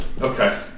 Okay